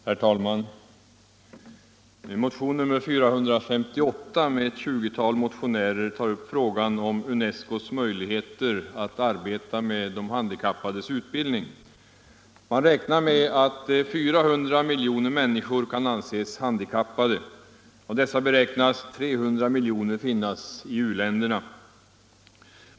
Herr talman! Motion nr 458 med ett tjugotal motionärer tar upp frågan om UNESCO:s möjligheter att arbeta med handikappades utbildning. Man räknar med att 400 miljoner människor kan anses handikappade. Av dessa beräknas 300 miljoner finnas i utvecklingsländerna.